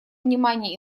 внимание